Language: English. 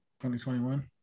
2021